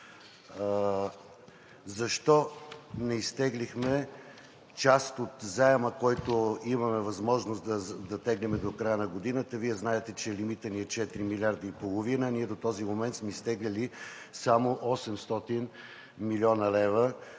Защо не изтеглихме част от заема, който имаме възможност да теглим до края на годината? Вие знаете, че лимитът ни е 4,5 милиарда – ние до този момент сме изтеглили само 800 млн. лв.,